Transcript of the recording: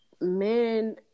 men